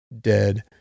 dead